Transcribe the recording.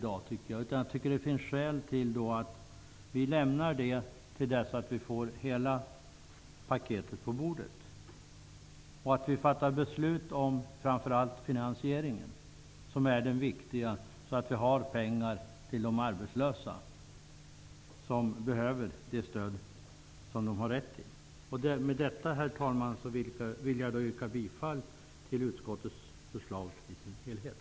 Det finns skäl att lämna den frågan fram till dess att hela paketet ligger på bordet. Vi fattar framför allt beslut om finansieringen. Det är viktigt, så att det finns pengar till de arbetslösa som behöver det stöd som de har rätt till. Herr talman! Med detta vill jag yrka bifall till utskottets förslag i dess helhet.